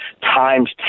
times